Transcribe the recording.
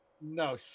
No